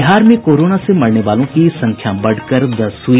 बिहार में कोरोना से मरने वालों की संख्या बढ़कर दस हुई